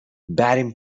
بریم